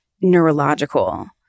neurological